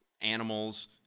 animals